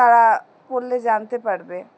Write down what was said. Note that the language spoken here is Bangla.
তারা পড়লে জানতে পারবে